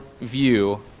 view